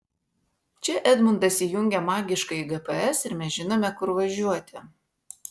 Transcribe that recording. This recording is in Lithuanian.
čia edmundas įjungia magiškąjį gps ir mes žinome kur važiuoti